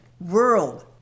world